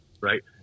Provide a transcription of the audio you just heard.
right